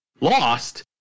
lost